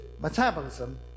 metabolism